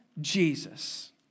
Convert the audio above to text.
Jesus